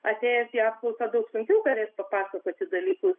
atėjęs į apklausą daug sunkiau galės papasakoti dalykus